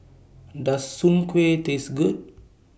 Does Soon Kway Taste Good